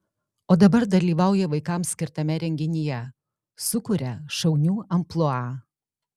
o dabar dalyvauja vaikams skirtame renginyje sukuria šaunių amplua